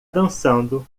dançando